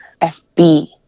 fb